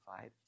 five